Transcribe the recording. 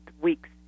weeks